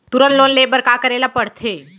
तुरंत लोन ले बर का करे ला पढ़थे?